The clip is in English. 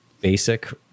basic